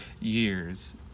years